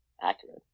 accurate